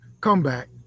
comeback